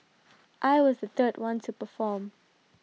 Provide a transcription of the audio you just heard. I was the third one to perform